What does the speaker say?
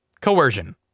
Coercion